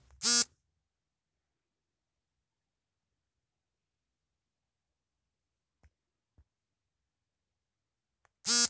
Saudi ಅರೇಬಿಯಾದಲ್ಲಿ stock exchange trading ಭಾನುವಾರದಿಂದ ಗುರುವಾರದವರೆಗೆ ಇರುತ್ತದೆ